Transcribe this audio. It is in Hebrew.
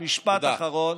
עליה א-רחמה,